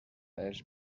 els